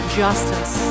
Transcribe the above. justice